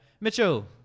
Mitchell